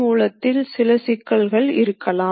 மாறாக நாம் சில அமைப்புகளை வைத்துக்கொள்ளலாம்